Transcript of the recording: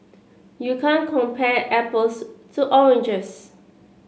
you can't compare apples to oranges